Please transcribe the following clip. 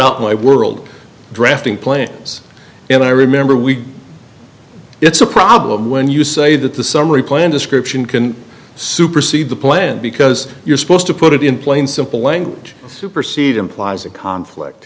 up my world drafting plans and i remember we it's a problem when you say that the summary plan description can supersede the plan because you're supposed to put it in plain simple language to proceed implies a conflict